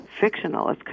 fictional